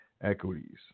equities